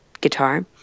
guitar